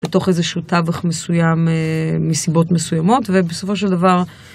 בתוך איזשהו תווך מסוים, מסיבות מסוימות, ובסופו של דבר.